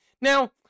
Now